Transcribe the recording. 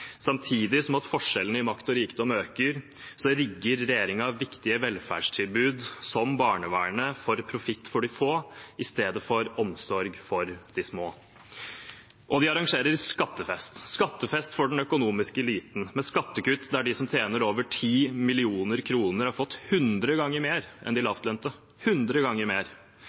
Samtidig som at forskjellene i makt og rikdom øker, rigger regjeringen viktige velferdstilbud som barnevernet for profitt for de få i stedet for omsorg for de små. De arrangerer skattefest, skattefest for den økonomiske eliten, med skattekutt der de som tjener over 10 mill. kr, har fått hundre ganger mer enn de lavtlønte – hundre ganger mer.